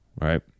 Right